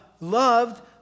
loved